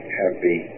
happy